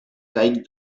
caic